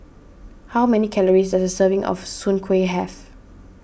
how many calories a serving of Soon Kuih have